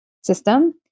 system